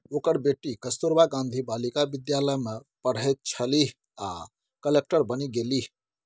ओकर बेटी कस्तूरबा गांधी बालिका विद्यालय मे पढ़ैत छलीह आ कलेक्टर बनि गेलीह